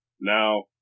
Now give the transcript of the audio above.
Now